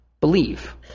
believe